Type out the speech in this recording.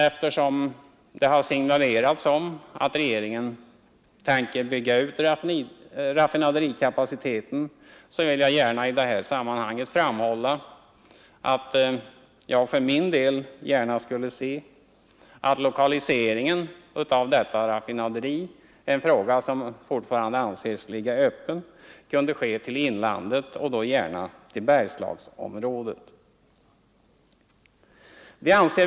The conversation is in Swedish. Eftersom det har signalerats att regeringen tänker bygga ut raffinaderikapaciteten vill jag i det här sammanhanget framhålla att jag för min del skulle se det som positivt, om lokaliseringen av det nya raffinaderiet — en fråga som fortfarande anses ligga öppen — kunde ske i inlandet och då gärna i Bergslagsområdet.